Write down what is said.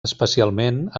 especialment